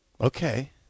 Okay